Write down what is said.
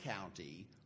county